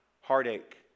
heartache